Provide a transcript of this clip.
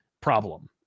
problem